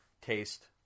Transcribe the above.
taste